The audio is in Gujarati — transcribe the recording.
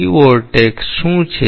ફ્રી વોર્ટેક્સ શું છે